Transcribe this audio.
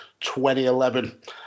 2011